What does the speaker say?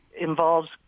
involves